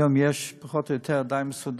היום יש, פחות או יותר די מסודר.